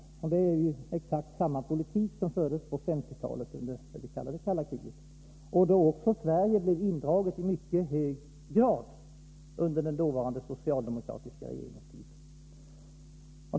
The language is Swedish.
Det är ju exakt samma politik som fördes på 1950-talet under det kalla kriget, då också Sverige blev indraget i mycket hög grad, under dåvarande socialdemokratisk regering.